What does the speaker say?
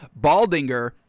Baldinger